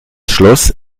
schloss